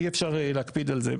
אי אפשר להקפיד על זה.